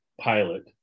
pilot